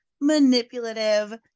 manipulative